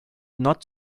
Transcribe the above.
not